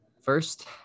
first